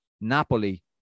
Napoli